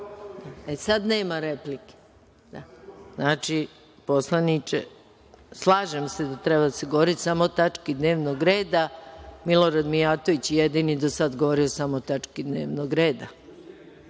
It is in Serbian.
nema replike. Znači, poslaničke slažem se da treba da se govori samo o tački dnevnog reda. Milorad Mijatović je jedini do sada govorio samo o tački dnevnog reda. Da,